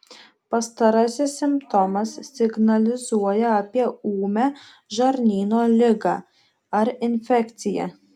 pastarasis simptomas signalizuoja apie ūmią žarnyno ligą ar infekciją